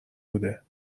بوده